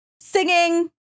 singing